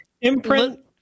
imprint